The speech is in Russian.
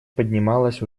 поднималась